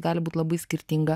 gali būt labai skirtinga